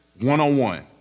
one-on-one